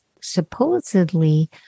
Supposedly